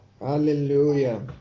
Hallelujah